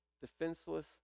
defenseless